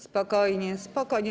Spokojnie, spokojnie.